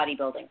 bodybuilding